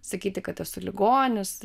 sakyti kad esu ligonis